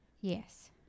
Yes